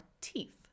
teeth